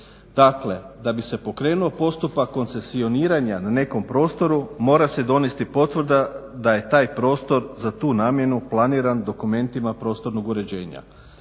Dakle da bi se pokrenuo postupak koncesioniranja na nekom prostoru mora se donesti potvrda da je taj prostor za tu namjenu planiran dokumentima prostornog uređenja.